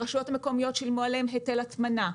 הרשויות המקומיות שילמו עליהם היטל הטמנה.